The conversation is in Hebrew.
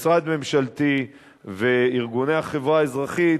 משרד ממשלתי וארגוני החברה האזרחית,